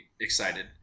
excited